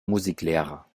musiklehrer